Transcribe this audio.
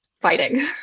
fighting